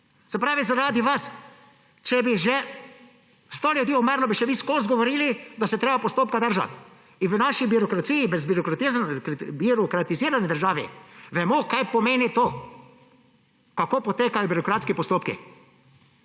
Se pravi, zaradi vas, če bi že sto ljudi umrlo, bi še vi vseskozi govorili, da se je treba postopka držati. V naši birokraciji, v birokratizirani državi vemo, kaj pomeni to, kako potekajo birokratki postopki.